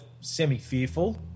semi-fearful